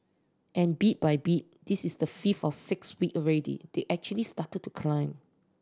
and bit by bit this is the fifth or sixth week already they actually started to climb